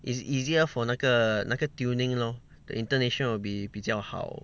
it's easier for 那个那个 tuning lor the intonation will be 比较好